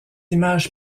image